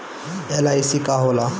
LIC का होला?